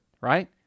right